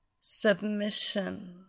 Submission